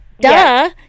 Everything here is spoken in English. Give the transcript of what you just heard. Duh